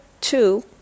two